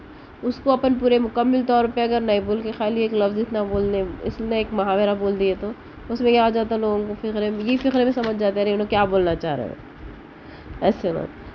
اس کو اپن پورے مکمل طور پر اگر نہیں بول کے خالی لفظ ہی اتنا بول دے اس میں ایک محاورہ بول دیئے تو اس کو یہ آ جاتا ہے میں ان کو یہ فقر یہ فقرے میں یہ سمجھ جاتا ہے یہ کیا بولنا چاہ رہے ہیں ایسے میں